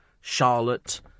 Charlotte